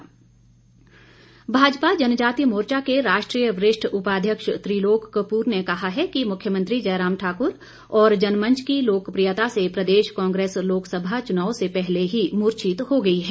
कपूर भाजपा जनजातीय मोर्चा के राष्ट्रीय वरिष्ठ उपाध्यक्ष त्रिलोक कप्र ने कहा है कि मुख्यमंत्री जयराम ठाकुर और जनमंच की लोकप्रियता से प्रदेश कांग्रेस लोकसभा चुनाव से पहले ही मुर्छित हो गई है